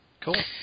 Cool